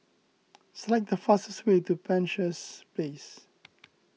select the fastest way to Penshurst Place